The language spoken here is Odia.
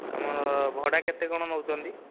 ଆମର ଭଡ଼ା କେତେ କ'ଣ ନେଉଛନ୍ତି